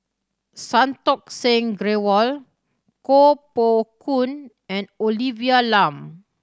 Santokh Singh Grewal Koh Poh Koon and Olivia Lum